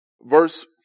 verse